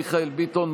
מיכאל ביטון,